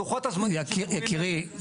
לוחות הזמנים --- יקירי, שלום.